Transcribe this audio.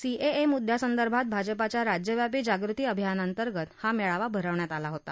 CAA मुद्यासंदर्भात भाजपाच्या राज्यव्यापी जागृती अभियानाअंतर्गत हा मेळावा भरवण्यात आला होता